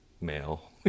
male